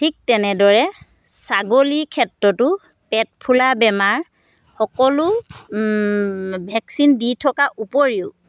ঠিক তেনেদৰে ছাগলীৰ ক্ষেত্ৰতো পেট ফুলা বেমাৰ সকলো ভেকচিন দি থকাৰ উপৰিও